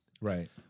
Right